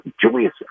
Julius